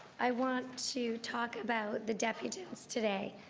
i want to talk about the deputies today,